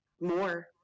more